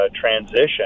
transition